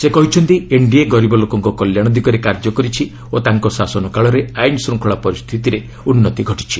ସେ କହିଛନ୍ତି ଏନ୍ଡିଏ ଗରିବ ଲୋକଙ୍କ କଲ୍ୟାଣ ଦିଗରେ କାର୍ଯ୍ୟ କରିଛି ଓ ତାଙ୍କ ଶାସନ କାଳରେ ଆଇନ ଶୃଙ୍ଖଳା ପରିସ୍ଥିତିରେ ଉନ୍ନତି ଘଟିଛି